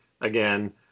again